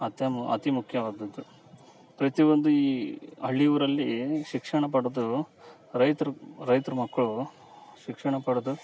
ಅತಮ್ ಅತಿ ಮುಖ್ಯವಾದದ್ದು ಪ್ರತಿಯೊಂದು ಈ ಹಳ್ಳಿ ಊರಲ್ಲಿ ಶಿಕ್ಷಣ ಪಡೆದು ರೈತ್ರ ರೈತರು ಮಕ್ಕಳು ಶಿಕ್ಷಣ ಪಡೆದು